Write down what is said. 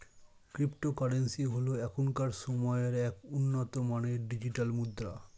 cryptocurrency হল এখনকার সময়ের এক উন্নত মানের ডিজিটাল মুদ্রা